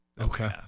Okay